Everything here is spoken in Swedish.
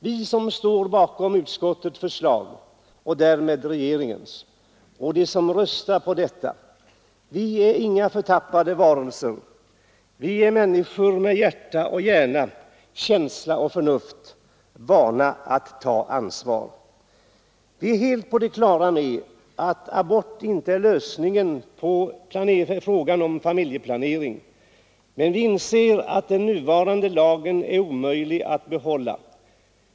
Vi som står bakom utskottets förslag — och därmed regeringens — och de som röstar på detta förslag är inga förtappade varelser. Vi är människor med hjärta och hjärna, känsla och förnuft, vana att ta ansvar. Vi är helt på det klara med att abort inte är lösningen på frågan om familjeplanering, men vi inser att den nuvarande lagen är omöjlig att behålla.